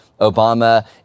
Obama